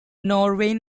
norwegian